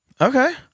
Okay